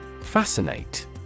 Fascinate